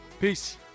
Peace